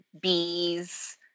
Bees